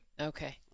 Okay